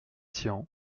tian